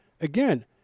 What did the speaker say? again